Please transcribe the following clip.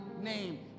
name